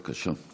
בבקשה.